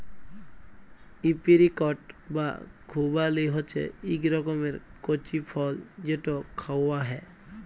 apricot বা খুবালি হছে ইক রকমের কঁচি ফল যেট খাউয়া হ্যয়